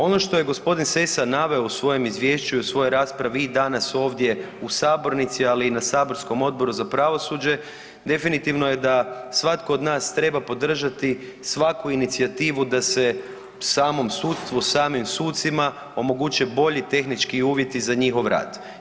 Ono što je gospodin Sessa naveo u svojem izvješću i u svojoj raspravi i danas ovdje u sabornici, ali i na Saborskom odboru za pravosuđe, definitivno je da svatko od nas treba podržati svaku inicijativu da se samo sudstvu, samim sucima omoguće bolji tehnički uvjeti za njihov rad.